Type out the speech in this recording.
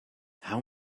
how